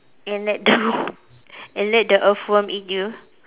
and let the and let the earthworm eat you